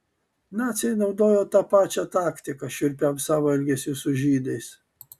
naciai naudojo tą pačią taktiką šiurpiam savo elgesiui su žydais